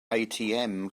atm